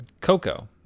Coco